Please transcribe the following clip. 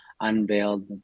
unveiled